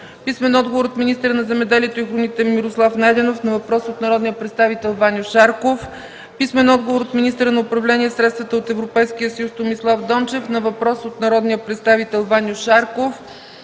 Христова; - от министъра на земеделието и храните Мирослав Найденов на въпрос от народния представител Ваньо Шарков; - от министъра на управление на средствата от Европейския съюз Томислав Дончев на въпрос от народния представител Ваньо Шарков;